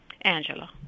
Angela